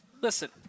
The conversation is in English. Listen